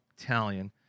Italian